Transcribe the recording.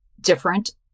different